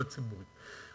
לא הציבורית.